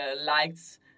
likes